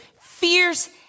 fierce